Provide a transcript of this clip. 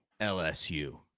LSU